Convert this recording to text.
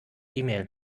email